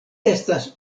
estas